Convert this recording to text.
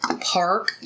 park